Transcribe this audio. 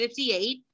58